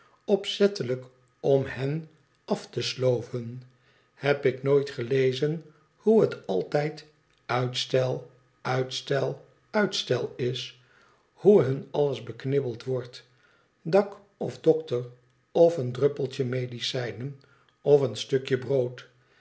opzettelijk om hen af te sloven heb ik nooit gelezen hoe het altijd uitstel uitstel uitstel is hoe hnn alles beknibbeld wordt dak of dokter of een druppeltje medicijnen of een stukje brood